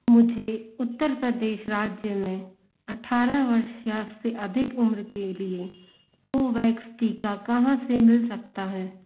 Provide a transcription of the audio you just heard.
मुझे उत्तर प्रदेश राज्य में अठारह वर्ष या उससे अधिक उम्र के लिए कोवैक्स टीका कहाँ से मिल सकता है